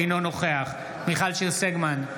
אינו נוכח מיכל שיר סגמן,